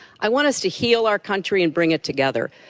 i want us to heal our country and bring it together.